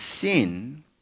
sin